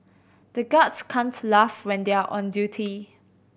the guards can't laugh when they are on duty